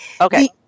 Okay